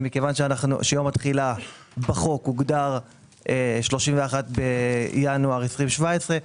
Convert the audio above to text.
מכיוון שיום התחילה בחוק הוגדר 31 בינואר 2017,